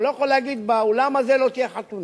הוא לא יכול להגיד שבאולם הזה לא תהיה חתונה.